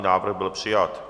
Návrh byl přijat.